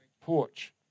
porch